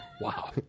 wow